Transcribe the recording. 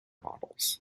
bottles